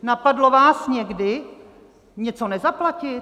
Napadlo vás někdy něco nezaplatit?